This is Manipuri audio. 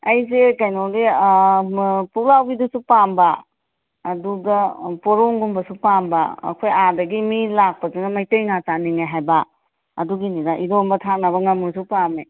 ꯑꯩꯖꯦ ꯀꯩꯅꯣꯒꯤ ꯄꯨꯛꯂꯥꯎꯕꯤꯗꯨꯁꯨ ꯄꯥꯝꯕ ꯑꯗꯨꯒ ꯄꯣꯔꯣꯡꯒꯨꯝꯕꯁꯨ ꯄꯥꯝꯕ ꯑꯩꯈꯣꯏ ꯑꯥꯗꯒꯤ ꯃꯤ ꯂꯥꯛꯄꯗꯨꯅ ꯃꯩꯇꯩ ꯉꯥ ꯆꯥꯅꯤꯡꯉꯦ ꯍꯥꯏꯕ ꯑꯗꯨꯒꯤꯅꯤꯗ ꯏꯔꯣꯟꯕ ꯊꯥꯛꯅꯕ ꯉꯃꯨꯁꯨ ꯄꯥꯝꯃꯦ